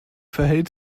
verhält